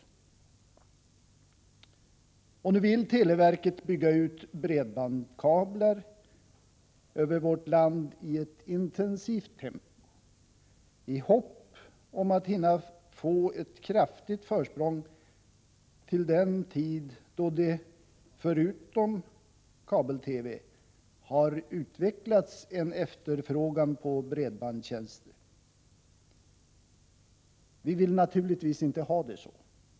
Nu vill televerket, i ett intensivt tempo, bygga ut bredbandskablar över vårt land, i hopp om att hinna få ett kraftigt försprång till den tidpunkt då det —- förutom för kabel-TV — har utvecklats en efterfrågan på bredbandstjänster. Vi vill naturligtvis inte ha det så.